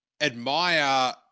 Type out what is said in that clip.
admire